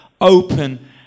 open